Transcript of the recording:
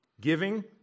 Giving